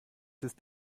ist